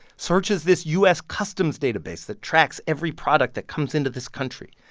searches this u s. customs database that tracks every product that comes into this country.